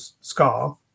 scar